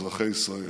אזרחי ישראל,